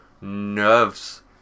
nerves